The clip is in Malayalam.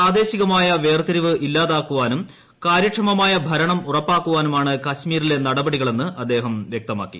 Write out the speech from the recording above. പ്രാദേശികമായ വേർതിരിവ് ഇല്ലാതാക്കുവാനും കാര്യക്ഷമമായ ഭരണം ഉറപ്പാക്കുവാനുമാണ് കശ്മീരിലെ നടപടികളെന്ന് അദ്ദേഹം വ്യക്തമാക്കി